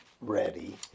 ready